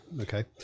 Okay